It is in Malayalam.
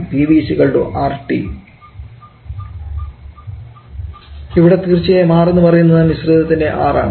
Pv RT ഇവിടെ തീർച്ചയായും R എന്നു പറയുന്നത് മിശ്രിതത്തിന്റെ R ആണ്